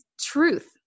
truth